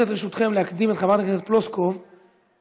מס' 8113, 8117, 8122, 8124, 8128,